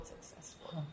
successful